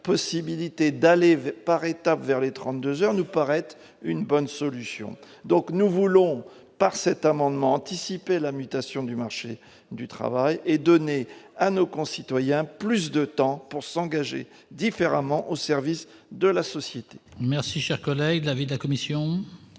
possibilité d'aller vers par étapes vers les 32 heures nous paraît être une bonne solution, donc nous voulons par cet amendement anticiper la mutation du marché du travail et donner à nos concitoyens à plus de temps pour s'engager différemment au service de la société. Merci, cher collègue, l'avis de la commission.